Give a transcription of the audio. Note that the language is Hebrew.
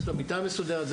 יש לו מיטה מסודרת.